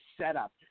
setup